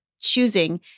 choosing